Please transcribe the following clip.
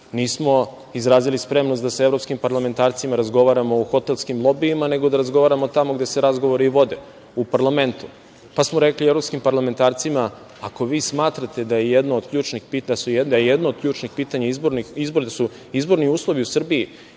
nismo izrazili spremnost da sa evropskim parlamentarcima razgovaramo u hotelskim lobijima nego da razgovaramo tamo gde se razgovori i vode, u parlamentu. Pa smo rekli evropskim parlamentarcima - ako vi smatrate da su izbori jedno od ključnih pitanja, izborni uslovi u Srbiji,